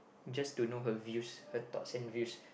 just to know her views her thoughts and views